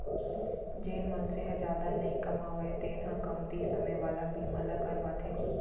जेन मनसे ह जादा नइ कमावय तेन ह कमती समे वाला बीमा ल करवाथे